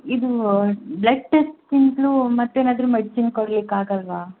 ಇದು ಬ್ಲಡ್ ಟೆಸ್ಟ್ಕ್ಕಿಂತಲೂ ಮತ್ತೇನಾದ್ರೂ ಮೆಡಿಸಿನ್ ಕೊಡ್ಲಿಕ್ಕೆ ಆಗಲ್ಲವಾ